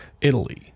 Italy